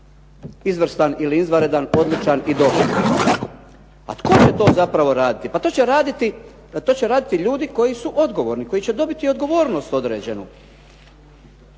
izvrstan ili izvanredan, odličan i dobar. A tko će to zapravo raditi? Pa to će raditi ljudi koji su odgovorni, koji će dobiti odgovornost određenu.